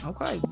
Okay